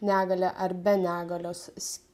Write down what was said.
negalia ar be negalios